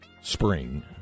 spring